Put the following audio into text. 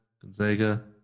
Gonzaga